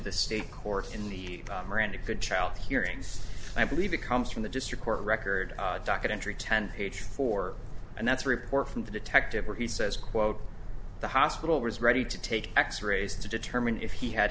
the state court in the miranda goodchild hearings i believe it comes from the district court record docket entry ten page four and that's a report from the detective where he says quote the hospital was ready to take x rays to determine if he had